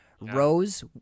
Rose